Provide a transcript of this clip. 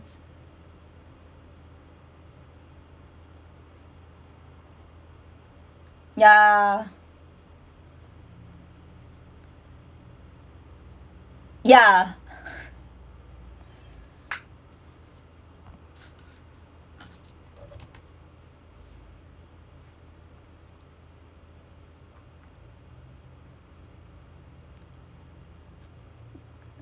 ya ya